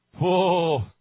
Whoa